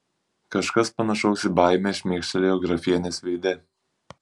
kažkas panašaus į baimę šmėkštelėjo grafienės veide